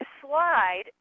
slide